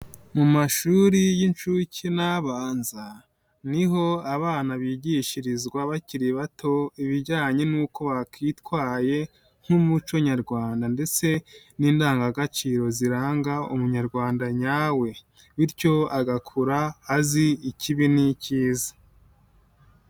Mu mashuri y'incuke n'abanza niho abana bigishirizwa bakiri bato ibijyanye n'uko bakitwaye nk'umuco nyarwanda ndetse n'indangagaciro ziranga umunyarwanda nyawe bityo agakura azi ikibi n'icyiza.